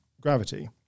gravity